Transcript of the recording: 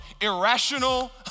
irrational